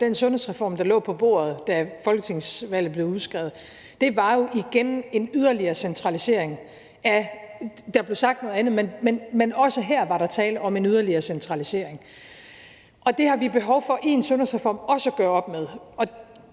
den sundhedsreform, der lå på bordet, da folketingsvalget blev udskrevet, jo igen betød en yderligere centralisering – der blev sagt noget andet, men også her var der tale om en yderligere centralisering – og det har vi behov for i en sundhedsreform også at gøre op med